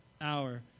hour